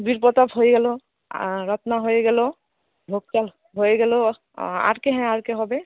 বীরপ্রতাপ হয়ে গেলো রত্না হয়ে গেলো ভোগ চাল হয়ে গেলো আর কে হ্যাঁ আর কে হবে